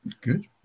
Good